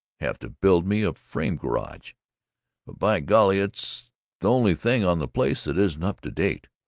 have to build me a frame garage. but by golly it's the only thing on the place that isn't up-to-date!